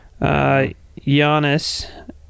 Giannis